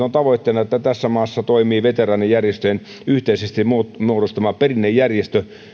on tavoitteena että kaksituhattakaksikymmentä tässä maassa toimii veteraanijärjestöjen yhteisesti muodostama perinnejärjestö